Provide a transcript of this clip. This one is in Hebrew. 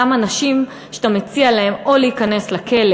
אותם אנשים שאתה מציע להם או להיכנס לכלא